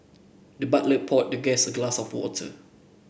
the butler poured the guest a glass of water